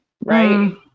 right